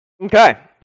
okay